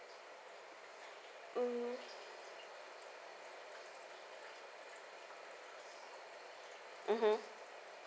mm mmhmm